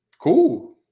cool